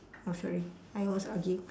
oh sorry I always argue